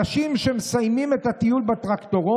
אנשים שמסיימים את הטיול בטרקטורון,